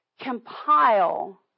compile